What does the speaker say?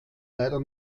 leider